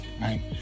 right